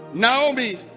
Naomi